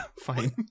fine